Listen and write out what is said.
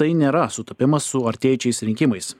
tai nėra sutapimas su artėjančiais rinkimais